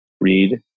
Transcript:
read